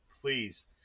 please